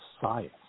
science